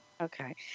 Okay